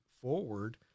forward